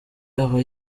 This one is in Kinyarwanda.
aba